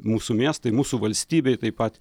mūsų miestai mūsų valstybei taip pat